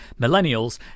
Millennials